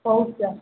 ହେଉ ସାର୍